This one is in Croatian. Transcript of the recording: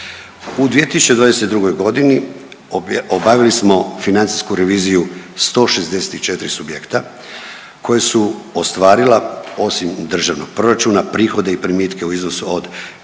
U 2022.g. obavili smo financijsku reviziju 164 subjekta koja su ostvarila, osim državnog proračuna, prihode i primitke u iznosu od